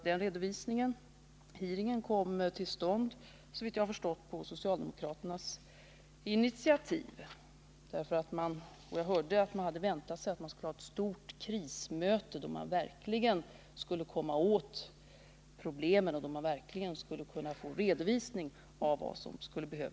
Denna redovisning eller hearing kom till stånd, såvitt jag har förstått, på socialdemokraternas initiativ. Jag hörde att man hade väntat sig ett större krismöte, där man verkligen skulle komma åt problemen och verkligen skulle få en redovisning av vad som behövde göras.